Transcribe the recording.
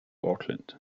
auckland